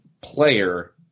player